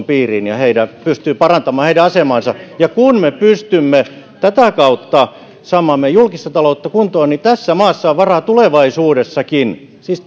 piiriin ja he pystyvät parantamaan heidän asemaansa ja kun me pystymme tätä kautta saamaan meidän julkista taloutta kuntoon niin tässä maassa on varaa tulevaisuudessakin siis